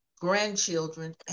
grandchildren